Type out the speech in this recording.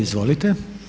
Izvolite.